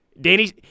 Danny